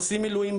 עושים מילואים,